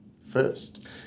first